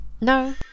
no